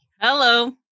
Hello